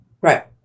Right